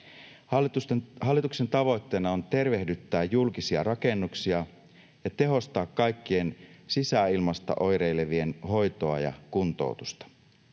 Hallituksen tavoitteena on tervehdyttää julkisia rakennuksia ja tehostaa kaikkien sisäilmasta oireilevien hoitoa ja kuntoutusta.